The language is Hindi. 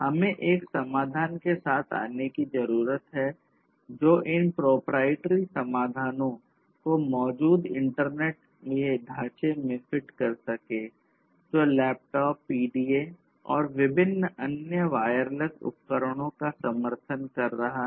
हमें एक समाधान के साथ आने की जरूरत है जो इन प्रोपराइटरी समाधानों को मौजूदा इंटरनेट के ढांचे में फिट कर सके जो लैपटॉप पीडीए और विभिन्न अन्य वायरलेस उपकरण का समर्थन कर रहा है